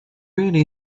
really